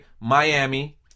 Miami